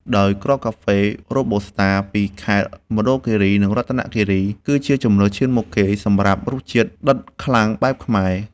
ដោយគ្រាប់កាហ្វេរ៉ូប៊ូស្តា ពីខេត្តមណ្ឌលគីរី និងរតនគីរី គឺជាជម្រើសឈានមុខគេសម្រាប់រសជាតិដិតខ្លាំងបែបខ្មែរ។